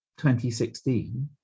2016